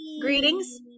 Greetings